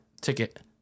ticket